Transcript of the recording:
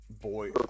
Boy